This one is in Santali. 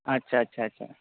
ᱟᱪᱪᱷᱟ ᱟᱪᱪᱷᱟ ᱟᱪᱪᱷᱟ